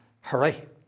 hurry